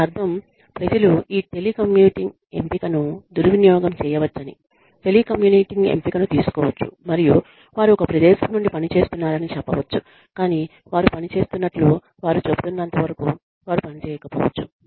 దీని అర్థం ప్రజలు ఈ టెలికమ్యూటింగ్ ఎంపికను దుర్వినియోగం చేయవచ్చని టెలికమ్యూటింగ్ ఎంపికను తీసుకోవచ్చు మరియు వారు ఒక ప్రదేశం నుండి పని చేస్తున్నారని చెప్పవచ్చు కాని వారు పని చేస్తున్నట్లు వారు చెబుతున్నంతవరకు వారు పని చేయకపోవచ్చు